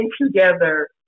together